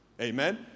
Amen